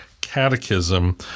Catechism